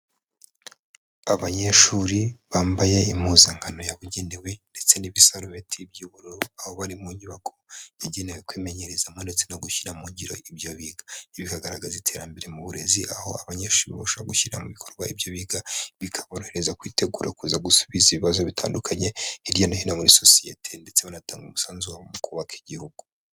Abanyeshuri bambaye impuzankano yabugenewe, ndetse n'ibisarubeti by'ubururu, aho bari mu nyubako igenewe kwimenyerezamo ndetse no gushyira mu ngiro ibyo biga. Ibi bikagaragaza iterambere mu burezi, aho abanyeshuri barushaho gushyira mu bikorwa ibyo biga, bikaborohereza kwitegura kuza gusubiza ibibazo bitandukanye hirya no hino muri sosiyete, ndetse banatanga umusanzu wabo mu kubaka Igihugu.